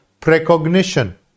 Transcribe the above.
precognition